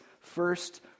first